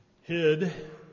Hid